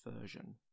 version